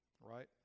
right